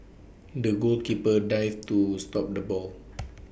the goalkeeper dived to stop the ball